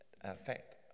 effect